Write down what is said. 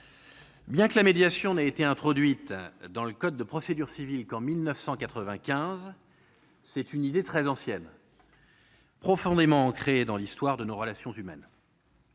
bien que la médiation n'ait été introduite dans le code de procédure civile qu'en 1995, elle est une idée très ancienne, profondément ancrée dans l'histoire des relations humaines.